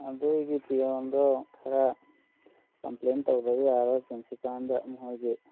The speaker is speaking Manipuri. ꯑꯗꯨꯒꯤ ꯄꯤꯌꯣꯟꯗꯣ ꯈꯔ ꯀꯝꯄ꯭ꯂꯦꯟ ꯇꯧꯗꯕ ꯌꯥꯔꯔꯣꯏ ꯄ꯭ꯔꯤꯟꯁꯤꯄꯥꯜꯗ ꯃꯣꯏꯒꯤ